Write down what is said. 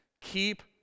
Keep